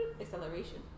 acceleration